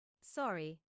Sorry